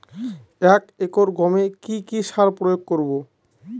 এক একর গমে কি কী সার প্রয়োগ করব?